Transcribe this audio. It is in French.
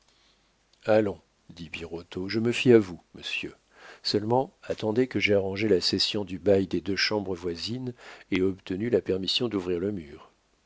allons dit birotteau je me fie à vous monsieur seulement attendez que j'aie arrangé la cession du bail des deux chambres voisines et obtenu la permission d'ouvrir le mur